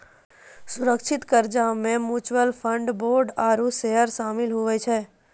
सुरक्षित कर्जा मे म्यूच्यूअल फंड, बोंड आरू सेयर सामिल हुवै छै